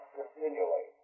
continually